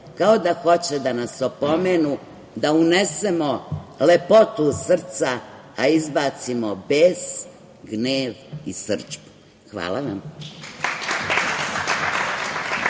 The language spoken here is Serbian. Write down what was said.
kao da hoće da nas opomenu da unesemo lepotu u srca, a izbacimo bes, gnev i srdžbu. Hvala vam.